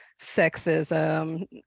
sexism